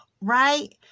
right